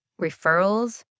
referrals